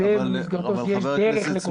אבל השאלה אם